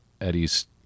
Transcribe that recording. Eddie's